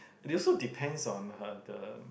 it also depends on uh the